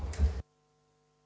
Hvala